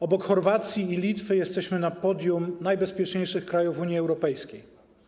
Obok Chorwacji i Litwy jesteśmy na podium najbezpieczniejszych krajów Unii Europejskiej.